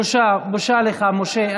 בושה לך, משה.